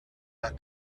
are